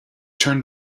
turned